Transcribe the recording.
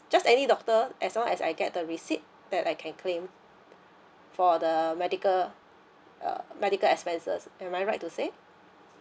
just any doctor as long as I get the receipt that I can claim for the medical uh medical expenses am I right to say